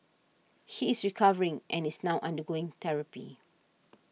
he is recovering and is now undergoing therapy